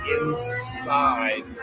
inside